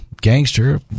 gangster